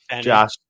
Josh